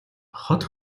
хот